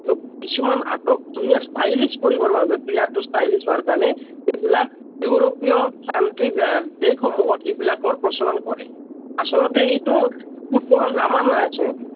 কিন্তু কিছুমান আটক ধুনীয়া ষ্টাইলীছ কৰিবৰ বাবে প্লেয়াৰতো ষ্টাইলীছ হোৱাৰ কাৰণে এইবিলাক ইউৰোপীয় কাউণ্ট্ৰী দেশসমূহত এইবিলাকৰ প্ৰচলন কৰে আচলতে এইটো ফুটবলৰ গ্ৰামাৰ নাই আচলতে